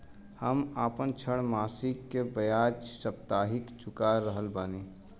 हम आपन ऋण मासिक के बजाय साप्ताहिक चुका रहल बानी